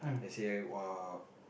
they say uh